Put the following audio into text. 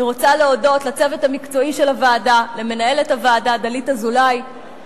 אני רוצה להודות לצוות המקצועי של הוועדה: למנהלת הוועדה דלית אזולאי,